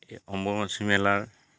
এই অম্ববাচী মেলাৰ